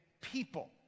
people